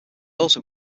also